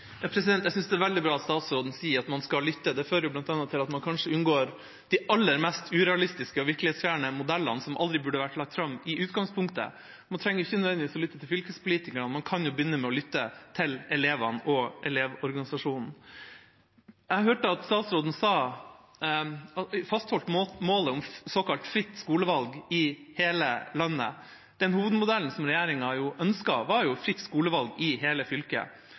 Jeg synes det er veldig bra at statsråden sier at man skal lytte. Det fører jo bl.a. til at man kanskje unngår de aller mest urealistiske og virkelighetsfjerne modellene, som aldri burde vært lagt fram i utgangspunktet. Man trenger ikke nødvendigvis å lytte til fylkespolitikerne. Man kan jo begynne med å lytte til elevene og Elevorganisasjonen. Jeg hørte at statsråden fastholdt målet om såkalt fritt skolevalg i hele landet. Den hovedmodellen som regjeringa ønsket, var jo fritt skolevalg i hele fylket.